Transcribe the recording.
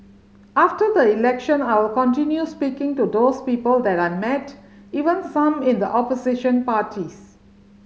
after the election I will continue speaking to those people that I met even some in the opposition parties